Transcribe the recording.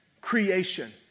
creation